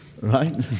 Right